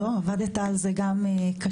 עבדת על זה גם קשה.